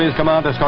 and commander so